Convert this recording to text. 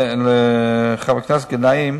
חבר הכנסת גנאים